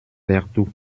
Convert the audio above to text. vertou